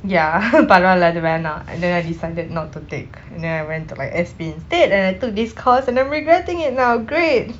ya பரவாயில்லை வேண்டாம்:paravayillai vendam and then I decided not to take and then I went to like S_P instead and I took this course and I'm regretting it now great